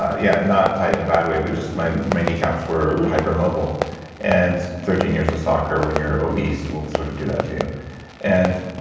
ah yeah not tight in a bad way but just my my knee caps were hypermobile and thirteen years of soccer when you're obese will sort of do that to and